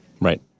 Right